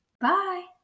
Bye